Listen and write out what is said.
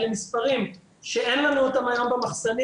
אלה מספרים שאין לנו אותם היום במחסנים.